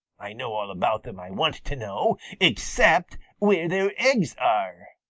i know all about them i want to know, except where their eggs are.